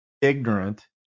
ignorant